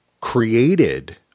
created